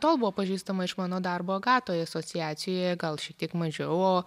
tol buvo pažįstama iš mano darbo agatoje asociacijoje gal šiek tiek mažiau o